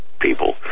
people